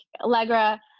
Allegra